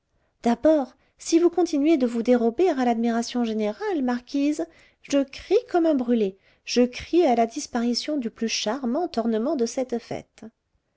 d'abord si vous continuez de vous dérober à l'admiration générale marquise je crie comme un brûlé je crie à la disparition du plus charmant ornement de cette fête